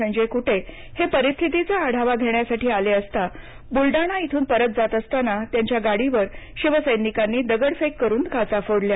संजय कुटे हे परिस्थिती चा आढावा घेण्यासाठी आले असता बुलडाणा येथून परत जात असताना त्यांच्या गाडीवर शिवसैनिकानी दगडफेक करून काचा फोडल्या